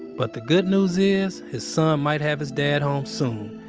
but the good news is, his son might have his dad home soon.